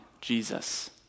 Jesus